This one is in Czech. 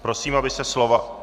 Prosím, aby se slova...